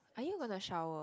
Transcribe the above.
are you gonna shower